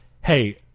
hey